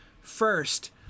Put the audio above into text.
First